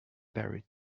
buried